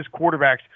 quarterbacks –